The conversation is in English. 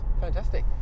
Fantastic